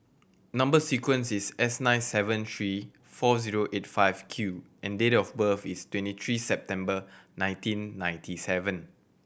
number sequence is S nine seven three four zero eight five Q and date of birth is twenty three September nineteen ninety seven